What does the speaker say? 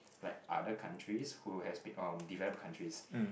like other countries who has been um developed countries